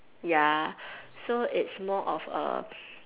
ya so it's more of